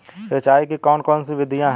सिंचाई की कौन कौन सी विधियां हैं?